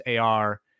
AR